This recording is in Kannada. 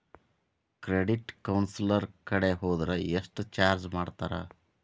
ಕ್ರೆಡಿಟ್ ಕೌನ್ಸಲರ್ ಕಡೆ ಹೊದ್ರ ಯೆಷ್ಟ್ ಚಾರ್ಜ್ ಮಾಡ್ತಾರ?